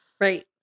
Right